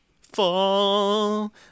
Fall